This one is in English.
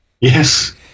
Yes